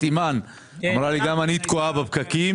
אימאן שאמרה לי שגם היא תקועה בפקקים.